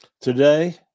Today